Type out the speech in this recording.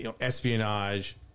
espionage